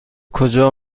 کجا